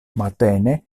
matene